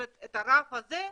את הרף הזה,